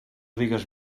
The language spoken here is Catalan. digues